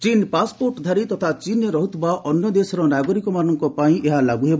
ଚୀନ ପାସ୍ପୋର୍ଟ ଧାରୀ ତଥା ଚୀନରେ ରହୁଥିବା ଅନ୍ୟ ଦେଶର ନାଗରିକମାନଙ୍କ ପାଇଁ ଏହା ଲାଗୁ ହେବ